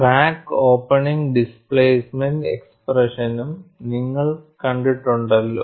crack opening displacement എക്സ്പ്രഷനും നിങ്ങൾ കണ്ടിട്ടുണ്ടല്ലോ